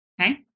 okay